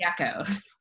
geckos